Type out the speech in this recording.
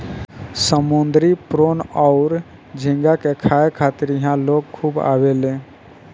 समुंद्री प्रोन अउर झींगा के खाए खातिर इहा लोग खूब आवेले